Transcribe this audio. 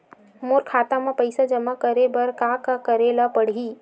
मोर खाता म पईसा जमा करे बर का का करे ल पड़हि?